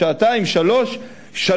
שעתיים, שלוש שעות?